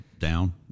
down